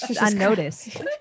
unnoticed